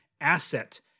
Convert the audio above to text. asset